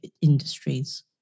industries